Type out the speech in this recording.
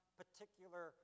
particular